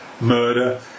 murder